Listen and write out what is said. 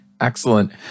excellent